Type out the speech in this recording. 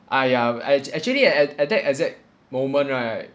ah ya we act~ actually at at that exact moment right